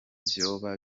vyoba